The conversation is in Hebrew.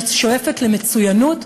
ששואפת למצוינות,